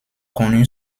connu